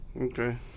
Okay